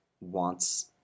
wants